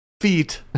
Feet